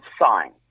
sign